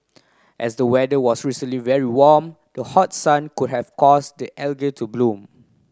as the weather was recently very warm the hot sun could have caused the to bloom